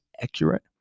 accurate